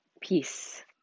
Peace